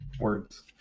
words